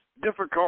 Difficult